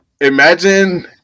imagine